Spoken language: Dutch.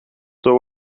door